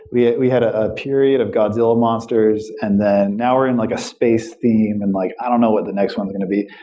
we had a period of godzilla monsters and then now we're in like a space theme and like i don't know what the next one is going to be.